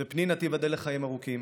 ופנינה, תיבדל לחיים ארוכים.